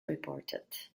reported